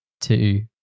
two